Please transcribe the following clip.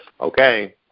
okay